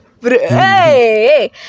Hey